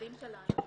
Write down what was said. המטופלים שלנו.